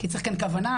כי צריך כאן כוונה.